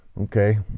Okay